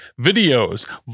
videos